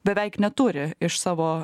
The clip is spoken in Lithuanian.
beveik neturi iš savo